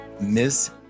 Miss